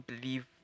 believe